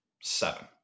seven